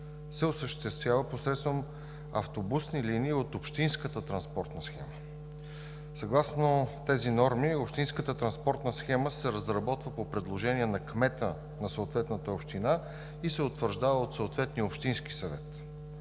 се осъществява посредством автобусни линии от общинската транспортна схема. Съгласно тези норми общинската транспортна схема се разработва по предложение на кмета на съответната община и се утвърждава от съответния общински съвет.